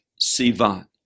Sivan